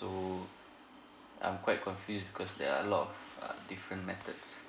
so I'm quite confused because there are a lot of a different methods